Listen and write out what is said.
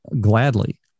gladly